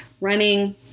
running